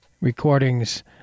recordings